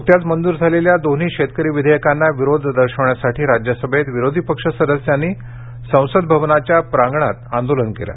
नुकत्याच मंजूर झालेल्या दोन्ही शेतकरी विधेयकांना विरोध दर्शवण्यासाठी राज्यसभेत विरोधी पक्ष सदस्यांनी संसद भवनाच्या प्रांगणात आंदोलन केलं